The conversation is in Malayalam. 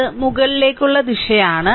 ഇത് മുകളിലേക്കുള്ള ദിശയാണ്